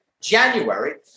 January